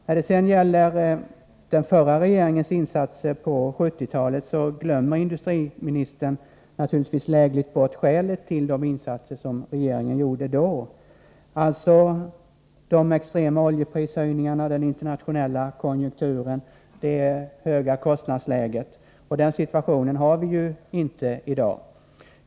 När det gäller den förra regeringens agerande på 1970-talet glömmer industriministern — naturligtvis lägligt — bort skälet till de insatser som regeringen då gjorde, nämligen de extrema oljeprishöjningarna, den interna tionella konjunkturen och det höga kostnadsläget. Den situationen har vi inte i dag.